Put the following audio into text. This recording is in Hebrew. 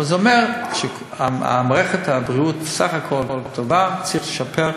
אבל זה אומר שמערכת הבריאות בסך הכול טובה וצריך לשפר.